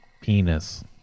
Penis